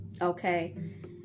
okay